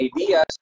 ideas